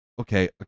okay